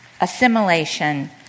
assimilation